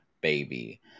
baby